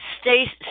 Stay